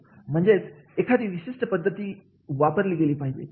म्हणजेच एखादी विशिष्ट पद्धती वापरली गेली पाहिजे